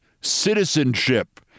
citizenship